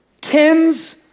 Tens